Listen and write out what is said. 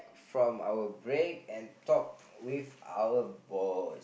from our break and talk with our boss